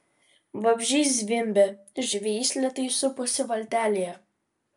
vabzdžiai zvimbė žvejys lėtai suposi valtelėje